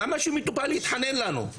למה שמטופל יתחנן אלינו?